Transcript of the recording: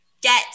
get